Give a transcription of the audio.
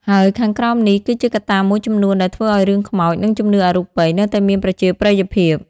ហើយខាងក្រោមនេះគឺជាកត្តាមួយចំនួនដែលធ្វើឲ្យរឿងខ្មោចនិងជំនឿអរូបីនៅតែមានប្រជាប្រិយភាព។